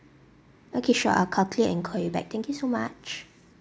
okay sure I'll calculate and call you back thank you so much